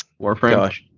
Warframe